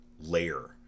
layer